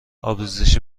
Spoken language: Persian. آبریزش